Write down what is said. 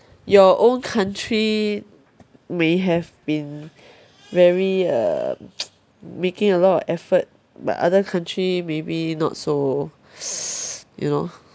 your own country may have been very uh making a lot of effort but other country maybe not so you know